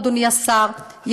אדוני השר,